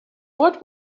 what